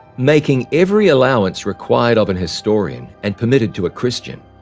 making every allowance required of an historian and permitted to a christian,